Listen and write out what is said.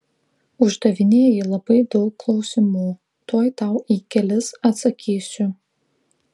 uždavinėji labai daug klausimų tuoj tau į kelis atsakysiu